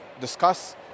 discuss